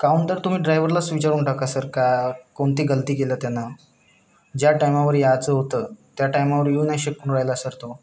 कारण तर तुम्ही ड्रायवरलाच विचारून टाका सर का कोणती गलती केलं त्यांना ज्या टायमावर याचं होतं त्या टायमावर येऊ नाही शकून राहिला सर तो